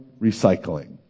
recycling